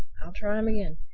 i'll try him again.